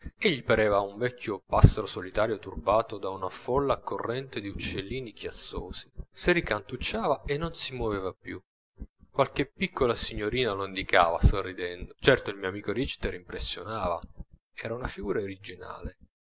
richter egli pareva un vecchio passero solitario turbato da una folla accorrente di uccellini chiassoni si ricantucciava e non si moveva più qualche piccola signorina lo indicava sorridendo certo il mio amico richter impressionava era una figura originale